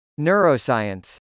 Neuroscience